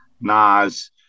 Nas